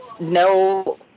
no